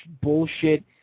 bullshit